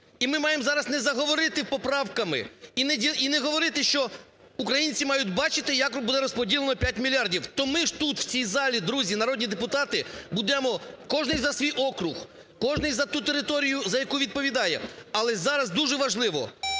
І ми зараз маємо не заговорити поправками і не говорити, що українці мають бачити як будуть розподілені п'ять мільярдів. То ми ж тут в цій залі, друзі, народні депутати, будемо кожний за свій округ, кожний за ту територію, за яку відповідає, але зараз дуже важливо